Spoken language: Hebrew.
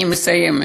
אני מסיימת.